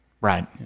Right